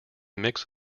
mix